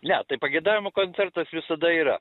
ne tai pageidavimų koncertas visada yra